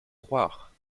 croire